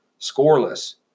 scoreless